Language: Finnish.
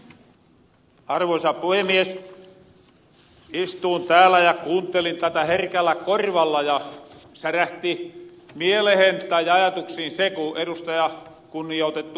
istuin täällä ja kuuntelin tätä herkällä korvalla ja särähti mielehen tai ajatuksiin se ku kunnioitettu ed